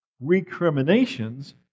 recriminations